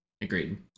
Agreed